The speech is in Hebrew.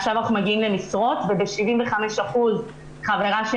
עכשיו אנחנו מגיעים למשרות וחברה שלי